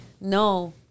No